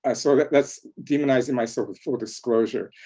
ah sort of that's demonizing myself with full disclosure.